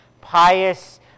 pious